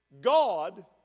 God